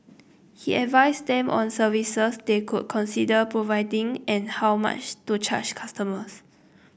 he advised them on services they could consider providing and how much to charge customers